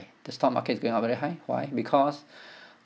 the stock market is going up very high why because